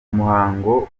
muhango